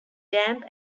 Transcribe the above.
damp